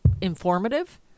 informative